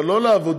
אבל לא לעבודה,